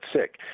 sick